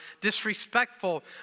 disrespectful